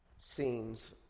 scenes